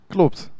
Klopt